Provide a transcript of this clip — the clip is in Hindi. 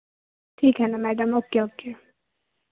ठीक है ना मैडम ओके ओके